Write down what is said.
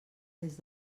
des